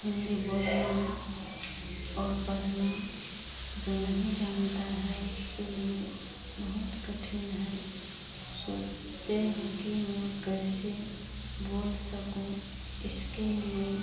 हिन्दी बोलना और पढ़ना जो नहीं जानता है उसके लिए बहुत कठिन है सोचते हैं कि मैं कैसे बोल सकूँ इसके लिए